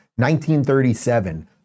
1937